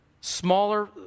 Smaller